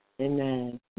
Amen